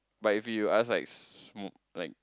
but if you ask like smoke like